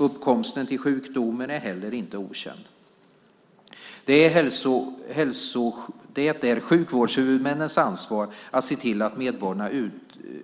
Uppkomsten till sjukdomen är heller inte okänd. Det är sjukvårdshuvudmännens ansvar att se till att medborgarna